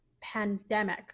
pandemic